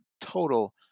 total